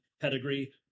pedigree